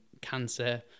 cancer